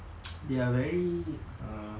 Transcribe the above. they are very err